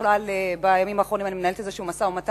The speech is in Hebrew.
בכלל בימים האחרונים אני מנהלת איזה משא-ומתן,